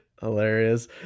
Hilarious